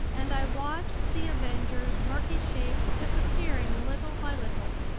and i watched the avenger's murky shape disappearing little by little.